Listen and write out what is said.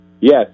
Yes